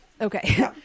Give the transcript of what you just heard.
Okay